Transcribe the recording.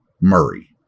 Murray